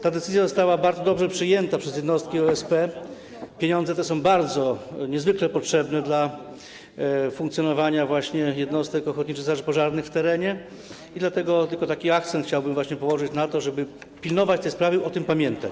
Ta decyzja została bardzo dobrze przyjęta przez jednostki OSP, pieniądze te są bardzo, niezwykle potrzebne dla funkcjonowania jednostek ochotniczych straży pożarnych w terenie i dlatego tylko taki akcent chciałbym położyć na to, żeby pilnować tej sprawy, o tym pamiętać.